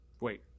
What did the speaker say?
Wait